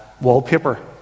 wallpaper